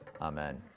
Amen